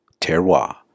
Terroir